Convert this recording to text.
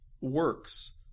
works